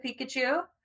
pikachu